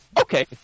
okay